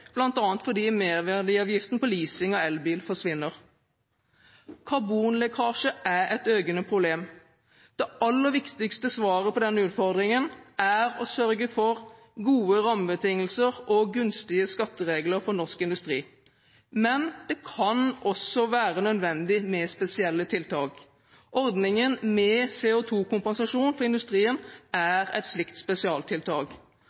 bl.a. fordi merverdiavgiften på leasing av elbil forsvinner. Karbonlekkasje er et økende problem. Det aller viktigste svaret på denne utfordringen er å sørge for gode rammebetingelser og gunstige skatteregler for norsk industri. Men det kan også være nødvendig med spesielle tiltak. Ordningen med CO2-kompensasjon for industrien